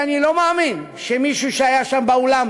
ואני לא מאמין שמישהו שהיה שם באולם